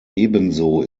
ebenso